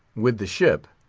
with the ship,